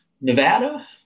Nevada